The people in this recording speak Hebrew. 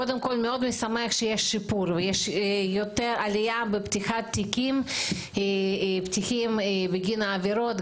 קודם כול מאוד משמח שיש שיפור ויש עלייה בפתיחת תיקים בגין עבירות,